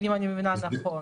האם אני מבינה נכון